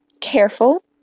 careful